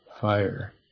fire